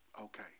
Okay